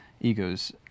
ego's